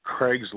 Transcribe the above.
Craigslist